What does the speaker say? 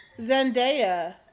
Zendaya